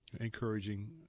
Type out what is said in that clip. encouraging